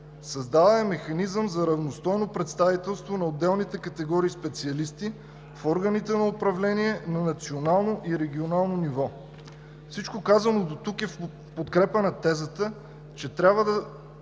създала е механизъм за равностойно представителство на отделните категории специалисти в органите на управление на национално и регионално ниво. Всичко казано дотук е в подкрепа на тезата, че не трябва да